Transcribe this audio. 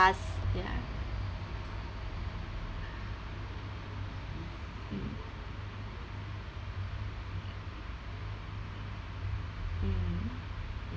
past ya mm